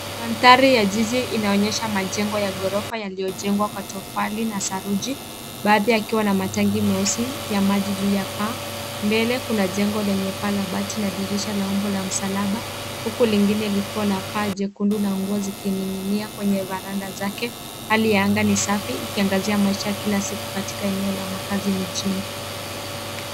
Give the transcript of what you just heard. Mandhari ya jiji inaonyesha majengo ya ghorofa yaliyojengwa kwa tofali na saruji. Baadhi yakiwa na matanki meusi ya maji juu ya paa. Mbele kuna jengo lenye paa la bati na dirisha la umbo wa msalaba huku lingine likiwa na paa jekundu na nguo zikining'inia kwenye veranda zake. Hali ya anga ni safi ikiangazia maisha ya kila siku katika eneo la maakzi mijini.